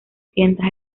tiendas